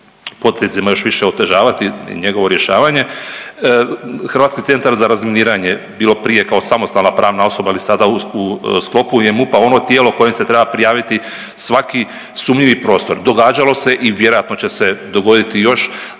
potezima još više otežavati njegovo rješavanje. HRC bilo prije kao samostalna pravna osoba ili sada u sklopu je MUP ono tijelo kojem se treba prijaviti svaki sumnjivi prostor. Događalo se i vjerojatno će se dogoditi još